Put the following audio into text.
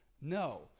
No